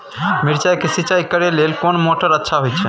मिर्चाय के सिंचाई करे लेल कोन मोटर अच्छा होय छै?